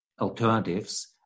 alternatives